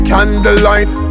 Candlelight